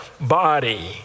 body